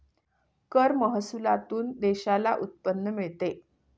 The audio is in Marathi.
कर महसुलातून देशाला उत्पन्न मिळते